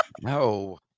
No